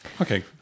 Okay